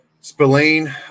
Spillane